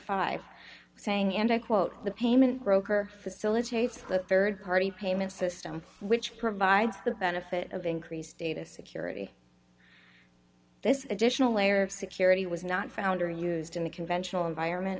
dollars saying and i quote the payment broker facilitates the rd party payment system which provides the benefit of increased data security this additional layer of security was not found or used in the conventional environment